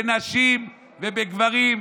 בנשים ובגברים,